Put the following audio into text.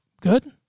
Good